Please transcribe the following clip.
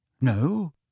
No